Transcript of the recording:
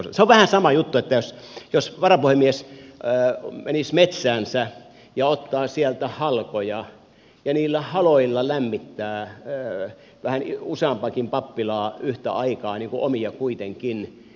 se on vähän sama juttu kuin jos varapuhemies menisi metsäänsä ja ottaisi sieltä halkoja ja niillä haloilla lämmittäisi vähän useampaakin pappilaa yhtä aikaa omia kuitenkin